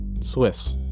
Swiss